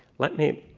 let me